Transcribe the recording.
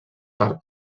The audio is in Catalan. per